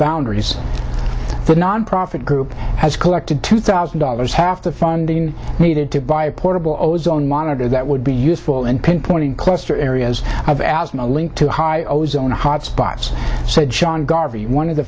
boundaries the nonprofit group has collected two thousand dollars half the funding needed to buy a portable ozone monitor that would be useful in pinpointing cluster areas of asthma linked to high ozone hotspots said john garvey one of the